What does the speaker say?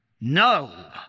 No